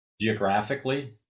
geographically